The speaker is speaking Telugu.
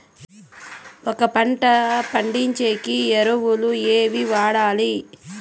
ఒక పంట పండించేకి ఎరువులు ఏవి వాడాలి?